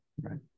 right